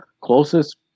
closest